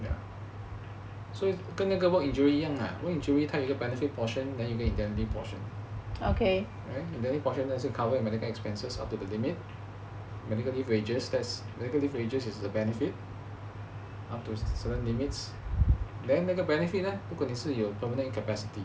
ya 所以跟那个 work injury 一样 lah work injury 他有一个 benefit portion then 有一个 indemnity portion right indemnity portion cover medical expenses until the limit medical wages is the benefit up to certain limits then 那个 benefit leh 如果你是有 permanent incapacity